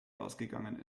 ausgegangen